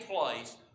place